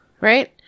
Right